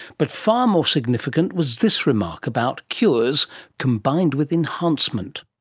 but far more significant was this remark about cures combined with enhancement.